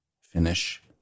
finish